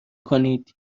کنید